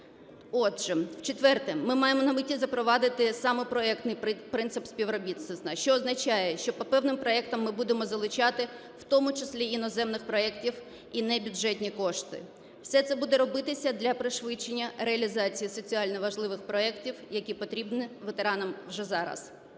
Отже, по-четверте, ми маємо на меті запровадити саме проектний принцип співробітництва, що означає, що по певним проектам ми будемо залучати, в тому числі іноземних проектів, і не бюджетні кошти. Все це буде робитися для пришвидшення реалізації соціально важливих проектів, які потрібні ветеранам вже зараз.